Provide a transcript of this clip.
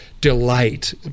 delight